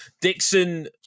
Dixon